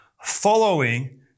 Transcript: Following